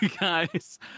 guys